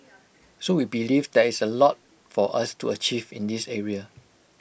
so we believe there is A lot for us to achieve in this area